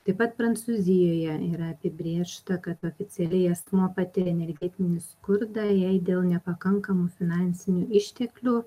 taip pat prancūzijoje yra apibrėžta kad oficialiai asmuo patiria energetinį skurdą jei dėl nepakankamų finansinių išteklių